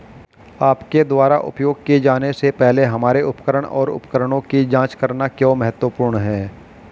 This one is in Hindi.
आपके द्वारा उपयोग किए जाने से पहले हमारे उपकरण और उपकरणों की जांच करना क्यों महत्वपूर्ण है?